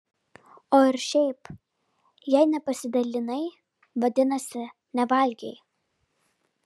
o ir šiaip jei nepasidalinai vadinasi nevalgei